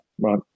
right